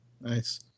Nice